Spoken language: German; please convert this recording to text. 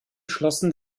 schlossen